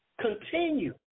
continue